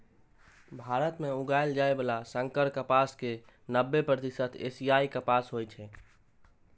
भारत मे उगाएल जाइ बला संकर कपास के नब्बे प्रतिशत एशियाई कपास होइ छै